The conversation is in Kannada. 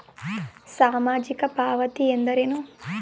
ಸಾಮಾಜಿಕ ಪಾವತಿ ಎಂದರೇನು?